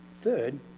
Third